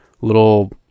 little